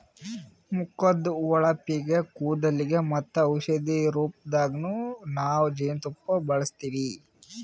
ಮುಖದ್ದ್ ಹೊಳಪಿಗ್, ಕೂದಲಿಗ್ ಮತ್ತ್ ಔಷಧಿ ರೂಪದಾಗನ್ನು ನಾವ್ ಜೇನ್ತುಪ್ಪ ಬಳಸ್ತೀವಿ